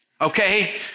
Okay